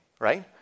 right